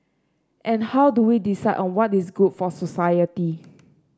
and how do we decide on what is good for society